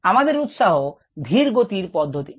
আমাদের উৎসাহ ধির গতির পধ্যাতি নিয়ে